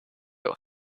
what